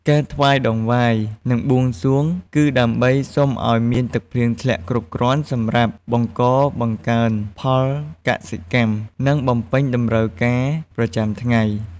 ការថ្វាយតង្វាយ និងបួងសួងគឺដើម្បីសុំឱ្យមានភ្លៀងធ្លាក់គ្រប់គ្រាន់សម្រាប់បង្កបង្កើនផលកសិកម្ម និងបំពេញតម្រូវការប្រចាំថ្ងៃ។